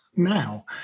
Now